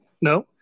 no